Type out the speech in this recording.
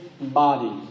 body